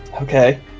Okay